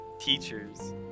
teachers